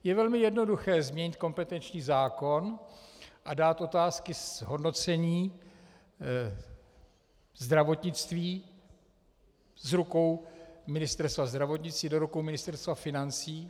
Je velmi jednoduché změnit kompetenční zákon a dát otázky zhodnocení zdravotnictví z rukou Ministerstva zdravotnictví do rukou Ministerstva financí.